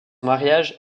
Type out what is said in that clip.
mariage